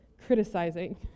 criticizing